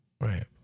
Right